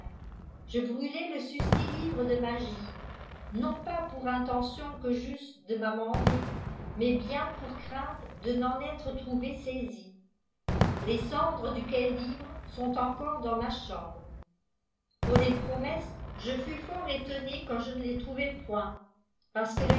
je brûlai le susdit livre de magie non pas pour intention que j'eusse de m'amender mais bien pour crainte de n'en être trouvé saisi les cendres duquel livre sont encore dans ma chambre pour les promesses je fus fort étonné quand je ne les trouvai point parce que